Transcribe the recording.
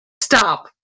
stop